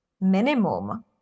minimum